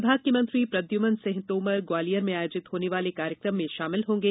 विभाग के मंत्री प्रद्म्न सिंह तोमर ग्वालियर में आयोजित होने वाले कार्यक्रम में शामिल होंगे